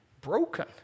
broken